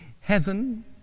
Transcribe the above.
Heaven